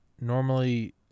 normally